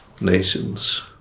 nations